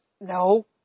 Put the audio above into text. no